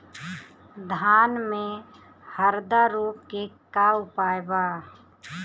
धान में हरदा रोग के का उपाय बा?